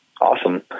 awesome